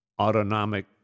autonomic